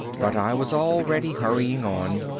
but i was already hurrying on.